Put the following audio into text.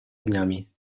dniami